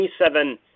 27